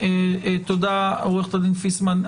תודה, עורכת הדין פיסמן.